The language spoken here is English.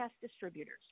distributors